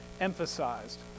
emphasized